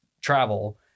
travel